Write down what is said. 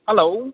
hello